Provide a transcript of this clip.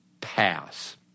Pass